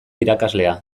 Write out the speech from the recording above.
irakaslea